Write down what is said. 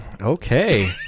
Okay